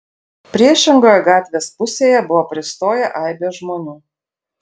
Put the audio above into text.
priešingoje gatvės pusėje buvo pristoję aibės žmonių